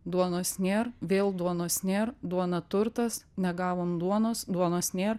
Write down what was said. duonos nėr vėl duonos nėr duona turtas negavom duonos duonos nėr